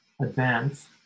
advance